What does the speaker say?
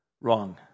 Wrong